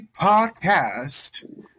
Podcast